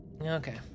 Okay